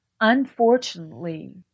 Unfortunately